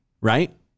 right